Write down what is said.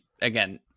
again